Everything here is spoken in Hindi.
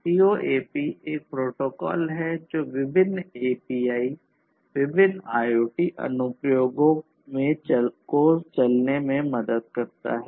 CoAP एक प्रोटोकॉल है जो विभिन्न API विभिन्न आईओटी अनुप्रयोगों में को चलाने में मदद करता है